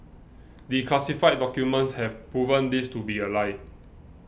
declassified documents have proven this to be a lie